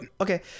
Okay